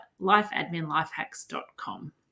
lifeadminlifehacks.com